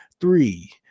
three